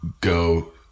go